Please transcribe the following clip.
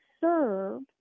serve